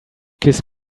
kiss